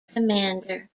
commander